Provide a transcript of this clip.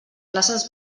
places